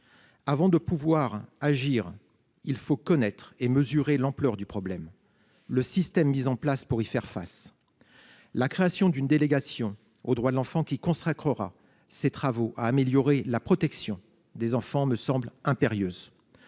Avant de pouvoir agir, il faut connaître et mesurer l'ampleur du problème. Le système mis en place pour y faire face. La création d'une délégation aux droits de l'enfant qui consacrera ses travaux à améliorer la protection des enfants me semble impérieuse.